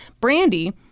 Brandy